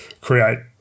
create